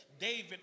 David